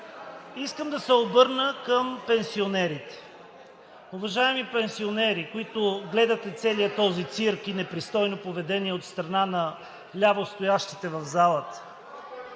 искам да се обърна към пенсионерите. Уважаеми пенсионери, които гледате целия този цирк и непристойно поведение от страна на лявостоящите в залата